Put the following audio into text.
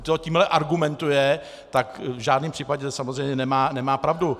Kdo tímhle argumentuje, tak v žádném případě samozřejmě nemá pravdu.